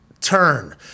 turn